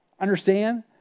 Understand